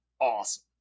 awesome